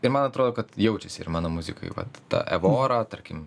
ir man atrodo kad jaučiasi ir mano muzikoj kad ta evora tarkim